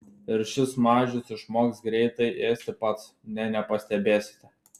ir šis mažius išmoks greitai ėsti pats nė nepastebėsite